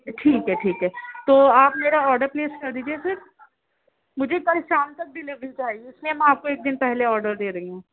ٹھیک ہے ٹھیک ہے تو آپ میرا آڈر پلیس کردیجیے پھرمجھے کل شام تک ڈلیوری چاہیے اس لیے میں آپ کو ایک دن پہلے آڈر دے رہی ہوں